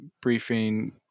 briefing